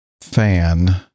fan